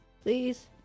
Please